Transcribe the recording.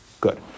Good